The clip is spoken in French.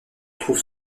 trouve